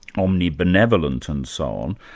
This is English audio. omnibenevolent and so on,